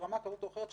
ברמה כזאת או אחרת,